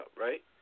right